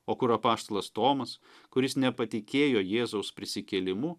o kur apaštalas tomas kuris nepatikėjo jėzaus prisikėlimu